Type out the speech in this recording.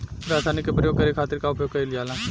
रसायनिक के प्रयोग करे खातिर का उपयोग कईल जाला?